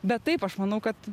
bet taip aš manau kad